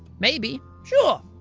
maybe. sure.